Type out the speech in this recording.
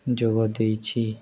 ଯୋଗ ଦେଇଛି